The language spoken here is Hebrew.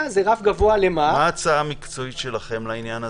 מה ההצעה המקצועית שלכם לעניין הזה?